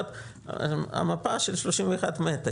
המפה של 31 "מתה",